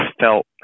felt